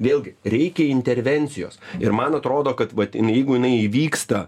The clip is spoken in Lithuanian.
vėlgi reikia intervencijos ir man atrodo kad vat jeigu jinai įvyksta